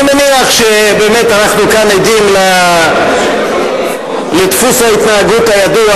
אני מניח שבאמת אנחנו עדים כאן לדפוס ההתנהגות הידוע,